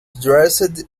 dressed